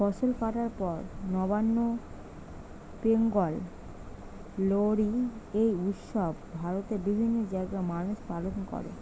ফসল কাটার পর নবান্ন, পোঙ্গল, লোরী এই উৎসব ভারতের বিভিন্ন জাগায় মানুষ পালন কোরে